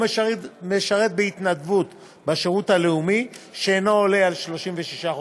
משרת בהתנדבות בשירות לאומי שאינו עולה על 36 חודשים.